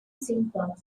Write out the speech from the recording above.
simple